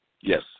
Yes